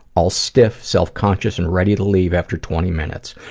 all stiff, self-conscious and ready to leave after twenty minutes.